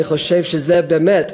אני חושב שזה באמת,